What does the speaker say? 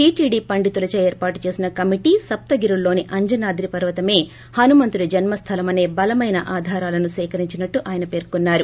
తితిదే పండితులచే ఏర్పాటు చేసిన కమిటీ సప్తగిరుల్లోని అంజనాద్రి పర్వతమే హనుమంతుడి జన్మ స్థలమేే బలమైన ఆధారాలను సేకరించినట్లు ఆయన పేర్కోన్నారు